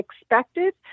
expected